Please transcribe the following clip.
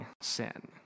sin